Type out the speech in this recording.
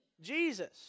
Jesus